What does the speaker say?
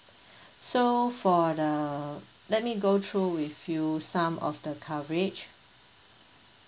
so for the let me go through with you some of the coverage